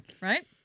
right